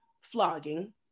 flogging